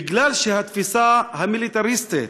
בגלל שהתפיסה המיליטריסטית